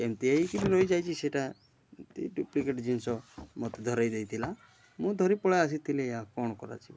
ଏମିତି ହେଇକି ରହି ଯାଇଛି ସେଇଟା ଏମିତି ଡୁପ୍ଲିକେଟ୍ ଜିନିଷ ମୋତେ ଧରାଇ ଦେଇଥିଲା ମୁଁ ଧରି ପଳାଇ ଆସିଥିଲି ଆଉ କ'ଣ କରାଯିବ